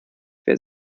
wer